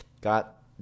got